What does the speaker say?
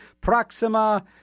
Proxima